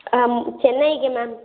ಹಾಂ ಚೆನ್ನೈಗೆ ಮ್ಯಾಮ್